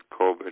COVID